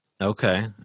Okay